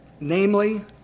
Namely